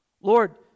Lord